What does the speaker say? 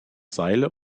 seile